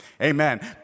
Amen